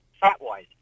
fat-wise